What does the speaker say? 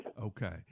Okay